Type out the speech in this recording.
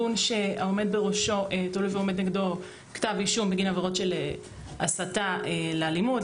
נגד העומד בראש הארגון עומד כתב אישום בגין עברות של הסתה לאלימות,